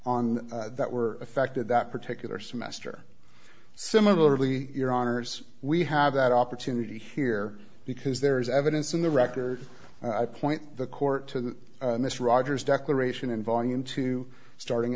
on that were affected that particular semester similarly your honors we have that opportunity here because there is evidence in the record i point the court to the mr rogers declaration in volume two starting